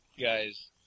guys